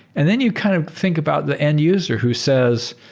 and then you kind of think about the end-user who says,